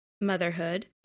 motherhood